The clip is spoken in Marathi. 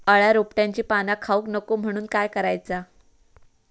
अळ्या रोपट्यांची पाना खाऊक नको म्हणून काय करायचा?